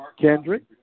Kendrick